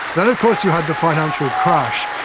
then of course you had the financial crash.